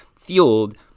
fueled